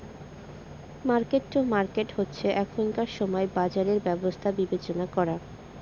market to market হচ্ছে এখনকার সময় বাজারের ব্যবস্থা বিবেচনা করা